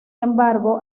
embargo